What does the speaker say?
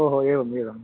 ओहो एवम् एवम्